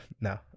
no